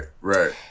right